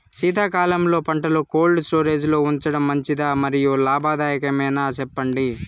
శీతాకాలంలో పంటలు cold storage లో ఉంచడం మంచిదా? మరియు లాభదాయకమేనా, సెప్పండి